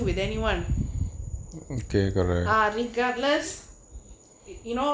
with anyone ah regardless you know